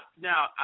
now